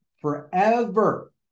forever